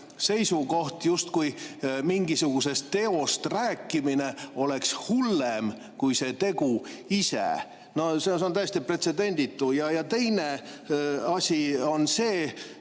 seisukoht, justkui mingisugusest teost rääkimine oleks hullem kui see tegu ise. See on täiesti pretsedenditu. Ja teine asi on see: